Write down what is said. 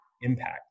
impact